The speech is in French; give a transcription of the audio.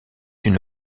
une